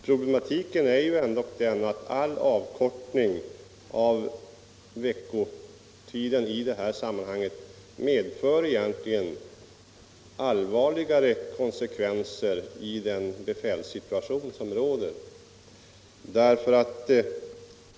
Problematiken är dock den att all avkortning av veckotiden i det här sammanhanget medför allvarliga konsekvenser i den befälssituation som råder.